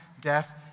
death